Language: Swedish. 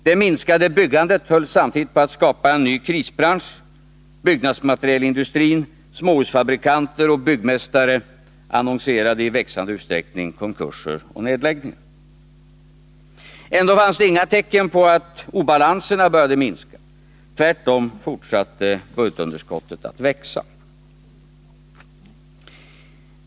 Det minskade byggandet höll samtidigt på att skapa en ny krisbransch: byggnadsmaterialindustrin, småhusfabrikanter och byggmästare annonserade i växande utsträckning konkurser och nedläggning. Ändå fanns det inga tecken på att obalanserna började minska, tvärtom fortsatte budgetunderskottet att växa.